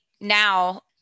now